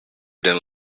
then